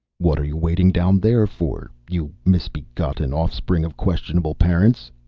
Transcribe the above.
what are you waiting down there for, you misbegotten offspring of questionable parents?